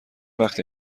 وقته